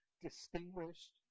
distinguished